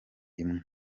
imwe